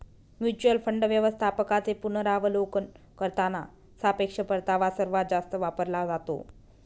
mutual fund व्यवस्थापकांचे पुनरावलोकन करताना सापेक्ष परतावा सर्वात जास्त वापरला जातो